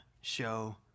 show